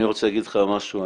אני רוצה להגיד לך משהו,